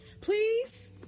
Please